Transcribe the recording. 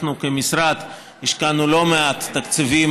אנחנו כמשרד השקענו לא מעט תקציבים